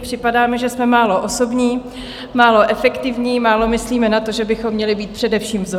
Připadá mi, že jsme málo osobní, málo efektivní, málo myslíme na to, že bychom měli být především vzory.